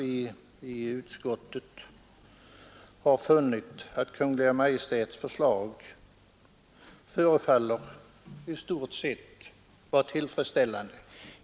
Vi i utskottet har funnit att Kungl. Maj:ts förslag förefaller vara i stort sett tillfredsställande.